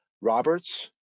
Roberts